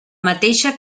mateixa